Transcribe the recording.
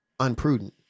unprudent